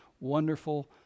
wonderful